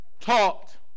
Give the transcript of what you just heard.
talked